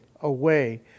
away